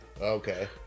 okay